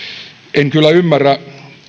en kyllä ymmärrä